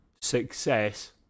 success